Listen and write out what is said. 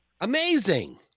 Amazing